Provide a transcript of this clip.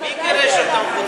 מי גירש אותם?